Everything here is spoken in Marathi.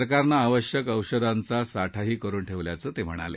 सरकारनं आवश्यक औषधांचा साठाही करुन ठेवल्याचं ते म्हणाले